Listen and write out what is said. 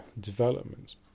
development